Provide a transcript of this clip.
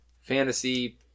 fantasy